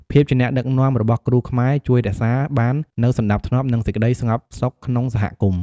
ភាពជាអ្នកដឹកនាំរបស់គ្រូខ្មែរជួយរក្សាបាននូវសណ្តាប់ធ្នាប់ និងសេចក្តីស្ងប់សុខក្នុងសហគមន៍។